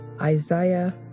Isaiah